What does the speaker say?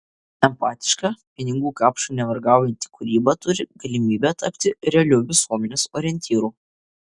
empatiška pinigų kapšui nevergaujanti kūryba turi galimybę tapti realiu visuomenės orientyru